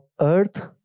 earth